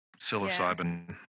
Psilocybin